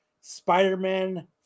Spider-Man